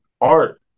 art